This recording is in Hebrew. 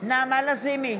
נעמה לזימי,